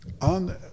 on